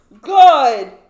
Good